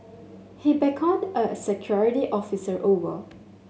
he beckoned a security officer over